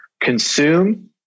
consume